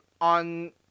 on